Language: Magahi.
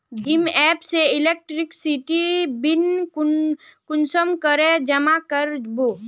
भीम एप से इलेक्ट्रिसिटी बिल कुंसम करे जमा कर बो?